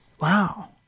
wow